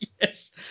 Yes